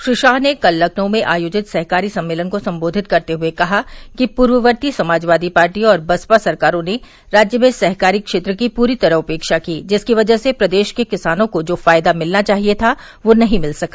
श्री शाह ने कल लखनऊ में आयोजित सहकारी सम्मेलन को संबोधित करते हुए कहा कि पूर्ववर्ती समाजवादी पार्टी और बसपा सरकारों ने राज्य में सहकारी क्षेत्र की पूरी तरह उपेक्षा की जिसकी वजह से प्रदेश के किसानों को जो फायदा मिलना चाहिये था वह नहीं मिल सका